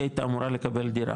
היא הייתה אמורה לקבל דירה,